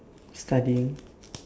studying